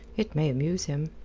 it may amuse him.